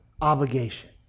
obligation